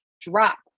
drop